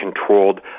controlled